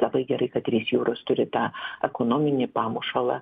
labai gerai kad trys jūros turi tą ekonominį pamušalą